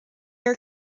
are